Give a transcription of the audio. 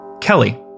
Kelly